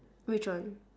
which one